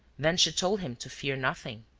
then she told him to fear nothing.